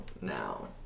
now